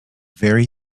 very